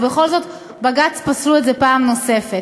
ובכל זאת בג"ץ פסלו את זה פעם נוספת,